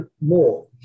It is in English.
more